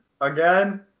again